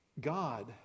God